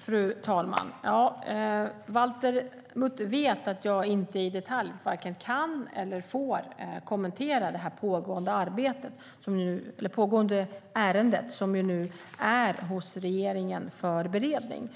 Fru talman! Valter Mutt vet att jag inte i detalj vare sig kan eller får kommentera det pågående ärendet, som nu är hos regeringen för beredning.